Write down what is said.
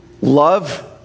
love